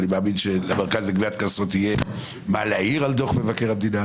ואני מאמין שלמרכז לגביית קנסות יהיה מה להעיר על דוח מבקר המדינה,